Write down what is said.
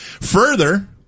Further